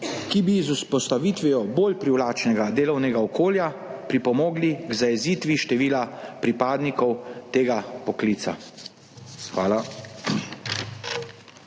ki bi z vzpostavitvijo bolj privlačnega delovnega okolja pripomogli k zajezitvi števila pripadnikov tega poklica. Hvala.